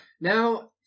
Now